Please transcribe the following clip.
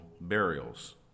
burials